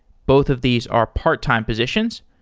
both of these are part-time positions.